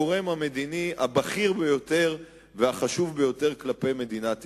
הגורם המדיני הבכיר ביותר והחשוב ביותר כלפי מדינת ישראל.